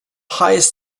highest